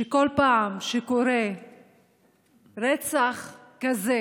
הוא שכל פעם שקורה רצח כזה